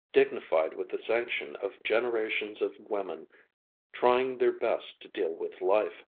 dignified with the sanction of generations of women trying their best to deal with life.